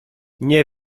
nie